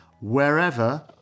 wherever